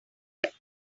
joined